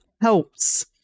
helps